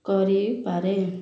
କରିପାରେ